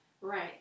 Right